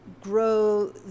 grow